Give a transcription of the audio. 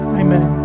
amen